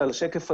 לגבי השקף הזה.